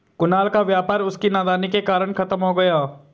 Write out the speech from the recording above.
कुणाल का व्यापार उसकी नादानी के कारण खत्म हो गया